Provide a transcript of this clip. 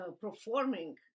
performing